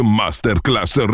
masterclass